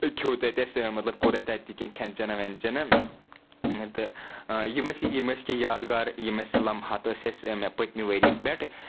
کھیٚو تَتہِ اسہِ مطلب کوٚر اسہِ تَتہِ تہِ کینہہ کھٮ۪ن چٮ۪نا ویٚن چٮ۪نا تہٕ یِم اسہِ یِم اسہِ کینہہ یادگار یِم اسہِ لمحات ٲسۍ اسہِ پٔتمہِ ؤریہِ پٮ۪ٹھ